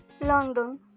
London